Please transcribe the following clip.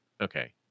Okay